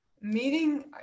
meeting